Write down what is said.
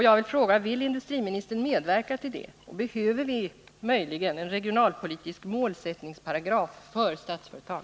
Jag vill fråga om industriministern vill medverka till det och om vi möjligen behöver en regionalpolitisk målsättningsparagraf för Statsföretag.